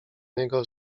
niego